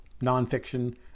nonfiction